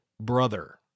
brother